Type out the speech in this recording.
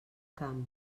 camp